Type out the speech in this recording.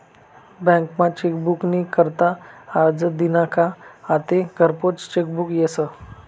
बँकमा चेकबुक नी करता आरजं दिना का आते घरपोच चेकबुक यस